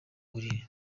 buriri